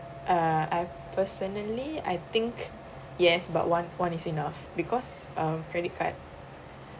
uh I personally I think yes but one one is enough because uh credit card